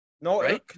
No